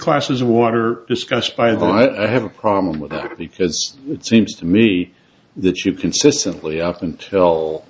classes of water discussed by the i have a problem with that because it seems to me that you consistently up until